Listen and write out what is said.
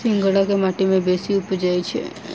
सिंघाड़ा केँ माटि मे बेसी उबजई छै?